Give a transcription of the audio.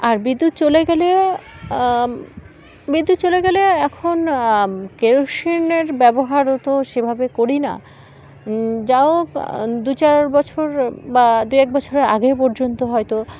আর বিদ্যুৎ চলে গেলে বিদ্যুৎ চলে গেলে এখন কেরোসিনের ব্যবহারও তো সেভাবে করি না যা হোক দু চার বছর বা দু এক বছরের আগে পর্যন্ত হয়তো